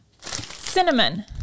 Cinnamon